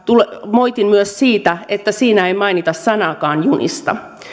moitin myös siitä että siinä ei mainita sanaakaan junista